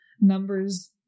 numbers